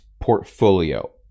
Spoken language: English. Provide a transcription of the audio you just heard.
portfolio